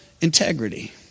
integrity